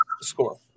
score